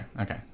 okay